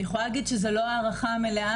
אני יכולה להגיד שזו לא הערכה המלאה